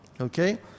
Okay